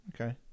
Okay